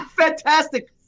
Fantastic